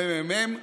הממ"מ,